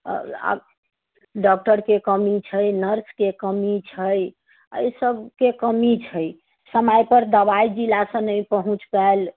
आ डॉक्टरके कमी छै नर्सके कमी छै एहि सभके कमी छै समय पर दवाइ जिलासँ नहि पहुँच पाओल